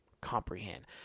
comprehend